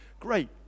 Great